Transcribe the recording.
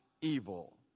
evil